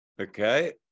Okay